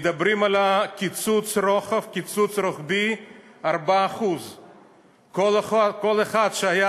מדברים על קיצוץ רוחבי של 4%. כל אחד שהיה